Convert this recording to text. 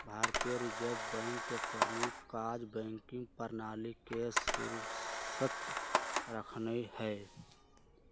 भारतीय reserve bank के प्रमुख काज़ बैंकिंग प्रणाली के दुरुस्त रखनाइ हइ